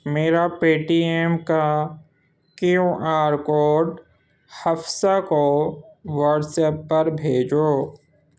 میرا Paytm کا Q R code Hafsa کو واٹسپ پر بھیجو